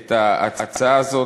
את ההצעה הזאת.